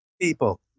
people